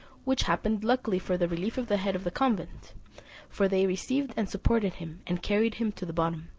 which happened luckily for the relief of the head of the convent for they received and supported him, and carried him to the bottom,